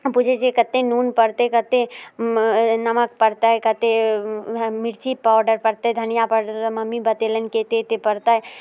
पूछैत छियै कतेक नून पड़तै कतेक नमक पड़तै कतेक मिर्ची पाउडर पड़तै धनिआ पाउडर मम्मी बतेलनि एतेक एतेक पड़तै